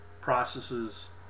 processes